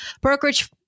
brokerage